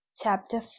Chapter